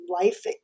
life